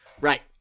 Right